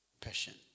patient